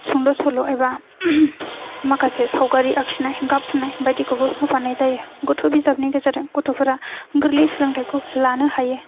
सुंद' सल' एबा माखासे सावगारि आखिनाय गाब होनाय बायदिखौबो होफानाय जायो गथ' बिजाबनि गेजेरजों गथ'फोरा गोरलै सोलोंथाइखौ लानो हायो